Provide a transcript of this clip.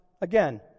Again